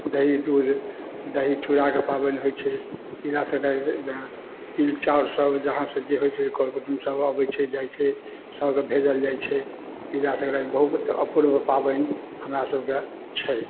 दही दूध दही चूड़ाके पाबनि होइ छै तिला सङ्क्राति तिल चाउरसब जहाँसे जे होइ छै कर कुटुम्बसभ आबै छै जाइ छै सभके भेजल जाइ छै तिला सङ्क्राति बहुत अपूर्व पाबनि हमरासभके छै